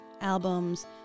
albums